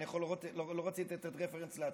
לא רציתי לתת רפרנס לעצמי.